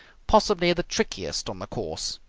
possibly the trickiest on the course.